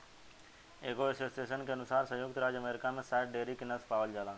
एगो एसोसिएशन के अनुसार संयुक्त राज्य अमेरिका में सात डेयरी के नस्ल पावल जाला